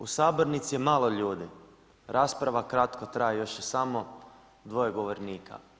U sabornici je malo ljudi, rasprava kratko traje, još je samo dva govornika.